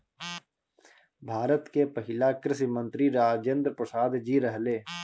भारत के पहिला कृषि मंत्री राजेंद्र प्रसाद जी रहले